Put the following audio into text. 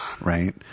right